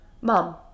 Mom